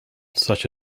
such